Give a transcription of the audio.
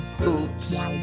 oops